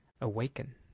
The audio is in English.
Awaken